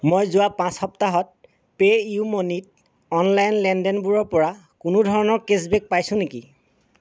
মই যোৱা পাঁচ সপ্তাহত পে' ইউ মনি ত অনলাইন লেনদেনবোৰপৰা কোনো ধৰণৰ কেচবেক পাইছোঁ নেকি